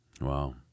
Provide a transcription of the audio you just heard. Wow